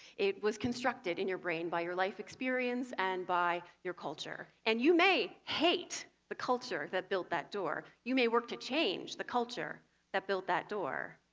it was constructed in your brain by your life experience and by your culture, and you may hate the culture that built that door, you may work to change the culture that built that door,